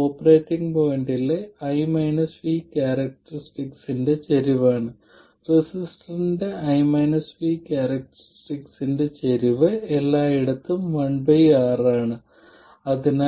operating പോയിന്റിൽ നിങ്ങൾ ചെറിയ സിഗ്നൽ റെസിസ്റ്റൻസ് ഡയോഡ് കണക്കാക്കുന്നത് പോലെ ഈ എല്ലാ പാരാമീറ്ററുകളും പ്രസക്തമായ ഓപ്പറേറ്റിംഗ് പോയിന്റിൽ ഈ ഭാഗിക ഡെറിവേറ്റീവുകളും നിങ്ങൾ കണക്കാക്കണം